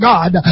God